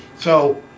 so,